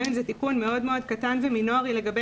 גם אם זה תיקון קטן מאוד ומינורי לגבי